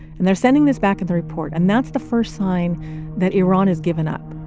and they're sending this back in the report, and that's the first sign that iran has given up.